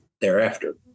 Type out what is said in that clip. thereafter